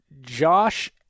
Josh